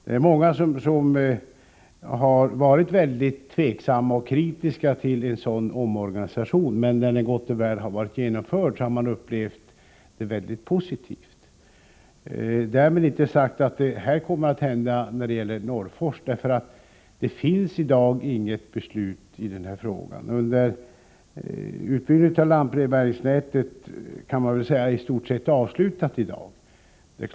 Det är många som varit tveksamma och kritiska till en sådan här omorganisation, men när den gott och väl genomförts har man upplevt den som mycket positiv. Därmed inte sagt att detta kommer att ske i Norrfors. Vi har i dag inget beslut i denna fråga. Utbyggnaden av lantbrevbäringsnätet kan väl i stort sett sägas vara avslutad.